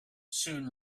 soon